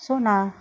so நா:na